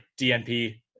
DNP